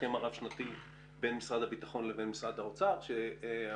ההסכם הרב שנתי בין משרד הביטחון למשרד האוצר שאמר